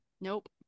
Nope